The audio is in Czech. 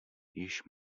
již